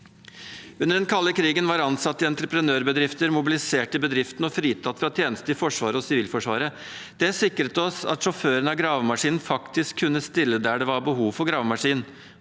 Under den kalde krigen var ansatte i entreprenørbedrifter mobilisert i bedriftene og fritatt fra tjeneste i Forsvaret og Sivilforsvaret. Det sikret oss at gravemaskinsjåførene faktisk kunne stille der det var behov for gravemaskin,